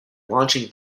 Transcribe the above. launching